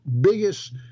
biggest